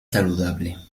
saludable